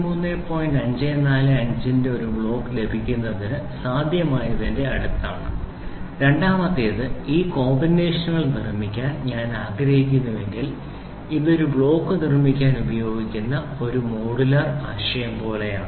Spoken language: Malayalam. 545 ന്റെ ഒരു ബ്ലോക്ക് ലഭിക്കുന്നത് സാധ്യമായതിന്റെ അടുത്താണ് രണ്ടാമത്തേത് ഈ കോമ്പിനേഷനുകൾ നിർമ്മിക്കാൻ ഞാൻ ആഗ്രഹിക്കുന്നുവെങ്കിൽ ഇത് ഒരു ബ്ലോക്ക് നിർമ്മിക്കാൻ ഉപയോഗിക്കുന്ന ഒരു മോഡുലാർ ആശയം പോലെയാണ്